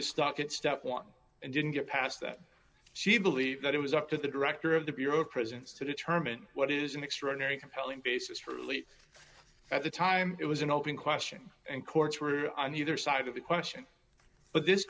was stuck at step one and didn't get past that she believed that it was up to the director of the bureau of prisons to determine what is an extraordinary compelling basis truly at the time it was an open question and courts were on either side of the question but this